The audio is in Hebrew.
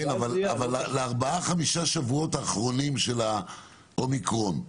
אבל לארבעה-חמישה שבועות האחרונים של האומיקרון,